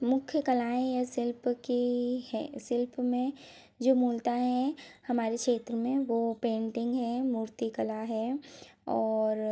मुख्य कलाएँ या शिल्प की है शिल्प में जो मूलता है हमारे क्षेत्र में वह पेंटिंग हैं मूर्तिकला है और